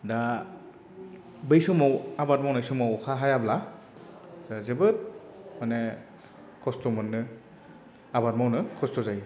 दा बै समाव आबाद मावनाय समाव अखा हायाब्ला जोबोद माने खस्त' मोनो आबाद मावनो खस्त' जायो